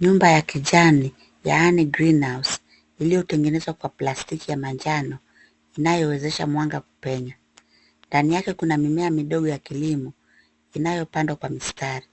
Nyumba ya kijani yaani Green House iliyotengenezwa kwa plastiki ya manjano inayowezesha mwanga kupenya. Ndani yake kuna mimea midogo ya kilimo inayopandwa kwa mistari.